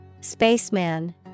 Spaceman